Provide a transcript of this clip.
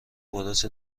برس